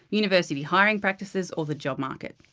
university hiring practices or the job market.